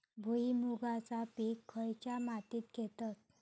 भुईमुगाचा पीक खयच्या मातीत घेतत?